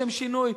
לשם שינוי,